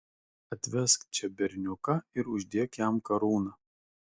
atvesk čia berniuką ir uždėk jam karūną